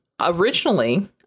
Originally